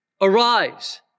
Arise